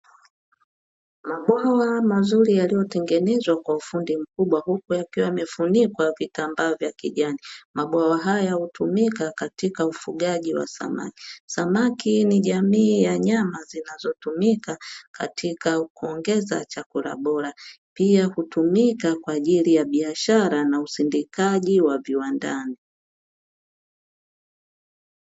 Mabomba mazuri yaliyotengenezwa kwa ufundi mkubwa, huku yakiwa yamefunikwa vitambaa vya kijani. Mabomba haya hutumika katika ufugaji wa samaki. Samaki ni jamii ya nyama zinazotumika katika kuongeza chakula bora, pia hutumika kwa ajili ya biashara na usindikaji wa viwandani.